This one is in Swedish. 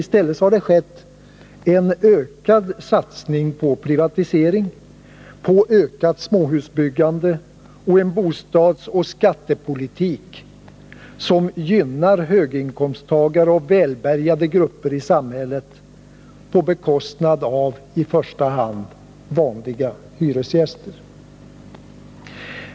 I stället har det skett en ökad satsning på privatisering, på ökat småhusbyggande och på en bostadsoch skattepolitik som gynnar höginkomsttagare och välbärgade grupper i samhället på bekostnad av i första hand vanliga hyresgäster.